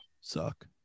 suck